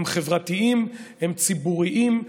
הם חברתיים, הם ציבוריים.